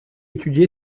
étudié